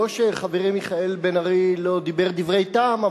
לא שחברי מיכאל בן-ארי לא דיבר דברי טעם,